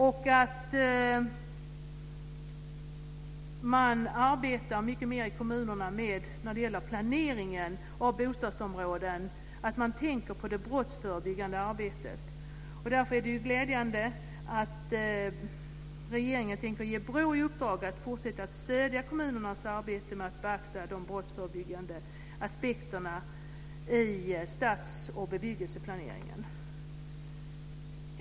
Man måste i kommunerna tänka mycket mer på det brottsförebyggande arbetet när det gäller planeringen av bostadsområden. Därför är det glädjande att regeringen tänker ge BRÅ i uppdrag att fortsätta att stödja kommunernas arbete med att beakta de brottsförebyggande aspekterna i stads och bebyggelseplaneringen.